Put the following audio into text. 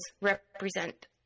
represent